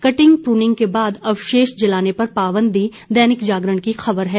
cutting pruning के बाद अवशेष जलाने पर पाबंदी दैनिक जागरण की खबर है